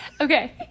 Okay